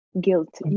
guilt